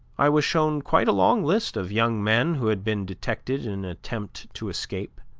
i was shown quite a long list of young men who had been detected in an attempt to escape,